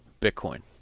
Bitcoin